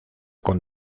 con